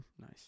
Nice